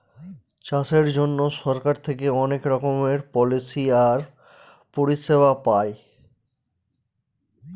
চাষের জন্য সরকার থেকে অনেক রকমের পলিসি আর পরিষেবা পায়